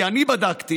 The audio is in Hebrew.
כי אני בדקתי,